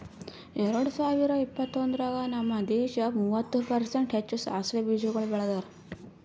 ಎರಡ ಸಾವಿರ ಇಪ್ಪತ್ತೊಂದರಾಗ್ ನಮ್ ದೇಶ ಮೂವತ್ತು ಪರ್ಸೆಂಟ್ ಹೆಚ್ಚು ಸಾಸವೆ ಬೀಜಗೊಳ್ ಬೆಳದಾರ್